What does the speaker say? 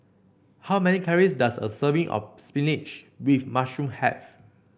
how many calories does a serving of spinach with mushroom have